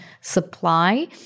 supply